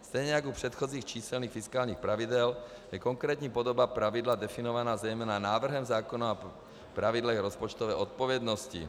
Stejně jako u předchozích číselných fiskálních pravidel je konkrétní podoba pravidla definovaná zejména návrhem zákona o pravidlech rozpočtové odpovědnosti.